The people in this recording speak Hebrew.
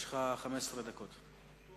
יש לך 15 דקות.